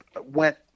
went